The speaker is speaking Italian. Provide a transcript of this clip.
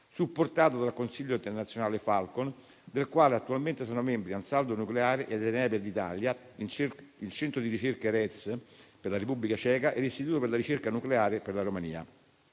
supportato dal consiglio internazionale Falcon, del quale attualmente sono membri Ansaldo nucleare ed Enea per l'Italia, il centro di ricerca Rez per la Repubblica Ceca e l'Istituto per la ricerca nucleare per la Romania.